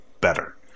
better